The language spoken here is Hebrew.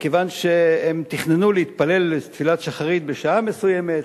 כיוון שהם תכננו להתפלל תפילת שחרית בשעה מסוימת,